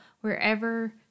wherever